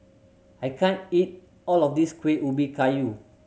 I can't eat all of this Kuih Ubi Kayu